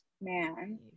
man